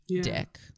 dick